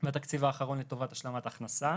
מהתקציב האחרון לטובת השלמת הכנסה.